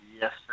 Yes